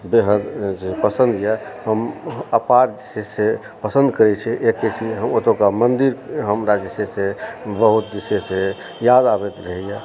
बेहद पसन्दए हम अपार जे छै से पसन्द करय छियै एक एक ओतुका मन्दिर हमरा जे छै से बहुत जे छै से याद आबैत रहैए